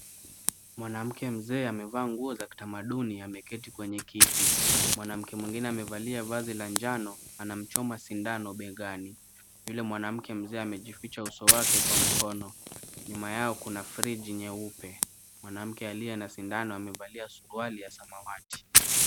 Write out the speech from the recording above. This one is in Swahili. Mwanamke mzee amevaa nguo za kitamaduni ameketi kwenye kiti. Mwanamke mwingine amevalia vazi la njano anamchoma sindano begani. Yule mwanamke mzee amejificha uso wake kwa mkono. Nyuma yao kuna friji nyeupe. Mwanamke aliye na sindano amevalia suruali ya samawati.